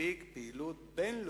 מספיק פעילות בין-לאומית,